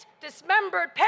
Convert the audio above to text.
dismembered